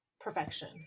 perfection